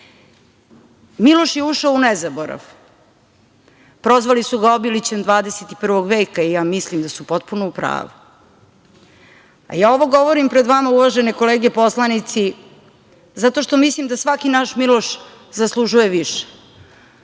Miloš je ušao u nezaborav, prozvali su ga Obilićem 21. veka i ja mislim da su potpuno u pravu. Ja ovo govorim pred vama, uvažene kolege poslanici, zato što mislim da svaki naš Miloš zaslužuje više.